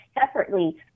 separately